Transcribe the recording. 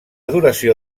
duració